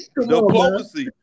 Diplomacy